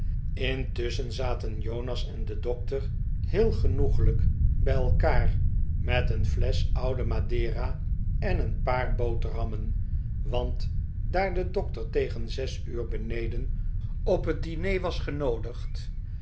intusschen zaten jonas en de dokter heel genoeglijk bij elkaar met een flesch oude madera en een paar boterhammen want daar de dokter tegen zes uur beneden op het diner was